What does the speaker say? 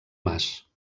mas